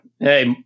Hey